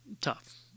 tough